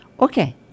Okay